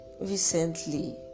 recently